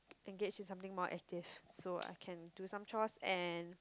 engage in something more active so I can do some chores and